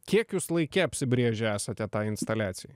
kiek jūs laike apsibrėžę esate tai instaliacijai